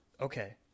Okay